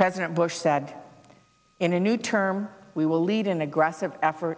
president bush said in a new term we will lead an aggressive effort